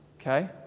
okay